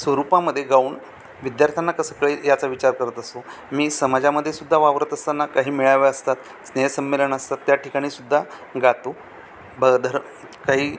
स्वरूपामध्ये गाऊन विद्यार्थ्यांना कसं कळेल याचा विचार करत असतो मी समाजामध्ये सुुद्धा वावररत असताना काही मेळावे असतात स्नेहसंमेलन असतात त्या ठिकाणीसुद्धा गातो बधर काही